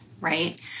right